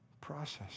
Process